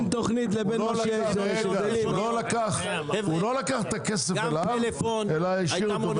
לא לקח את הכסף אליו אלא השאיר אותו.